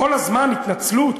כל הזמן התנצלות,